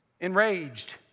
enraged